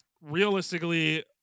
realistically